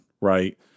right